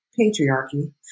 patriarchy